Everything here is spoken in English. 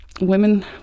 women